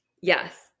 yes